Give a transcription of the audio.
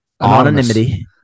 anonymity